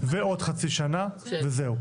ועוד חצי שנה וזהו.